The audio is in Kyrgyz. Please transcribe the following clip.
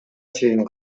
чейин